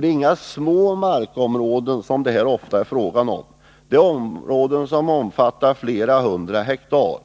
Det är nämligen inte fråga om några små markområden, utan det rör sig ofta om områden på flera hundra hektar